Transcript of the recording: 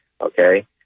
Okay